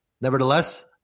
nevertheless